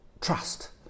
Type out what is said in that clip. trust